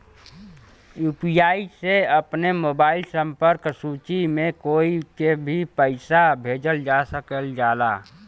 UPI से अपने mobile संपर्क सूची में कोई के भी पइसा भेजल जा सकल जाला